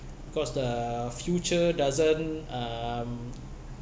cause the future doesn't um